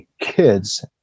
kids